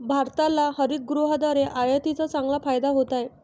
भारताला हरितगृहाद्वारे आयातीचा चांगला फायदा होत आहे